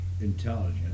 intelligent